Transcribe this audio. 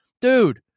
dude